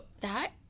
that-